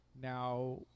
now